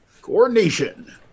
coordination